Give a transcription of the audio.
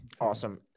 Awesome